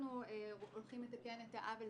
שאנחנו הולכים לתקן בה את העוול,